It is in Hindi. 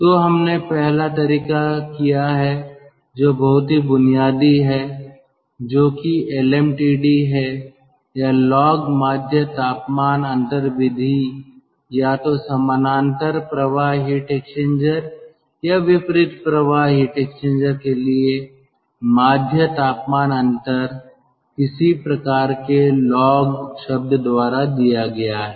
तो हमने पहला तरीका किया है जो बहुत ही बुनियादी है जो कि LMTD है या लॉग माध्य तापमान अंतर विधि या तो समानांतर प्रवाह हीट एक्सचेंजर या विपरीत प्रवाह हीट एक्सचेंजर के लिए माध्य तापमान अंतर किसी प्रकार के लॉग शब्द द्वारा दिया गया है